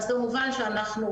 אז כמובן שאנחנו,